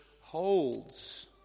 holds